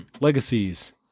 Legacies